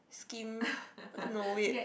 scheme no weird